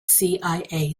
cia